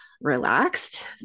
relaxed